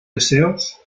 deseos